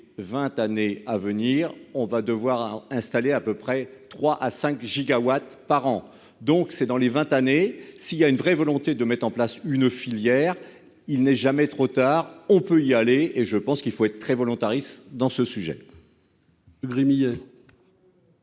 20 années à venir, on va devoir installer à peu près 3 à 5 gigawatts par an donc c'est dans les 20 années si il y a une vraie volonté de mettre en place une filière, il n'est jamais trop tard, on peut y aller et je pense qu'il faut être très volontariste dans ce sujet.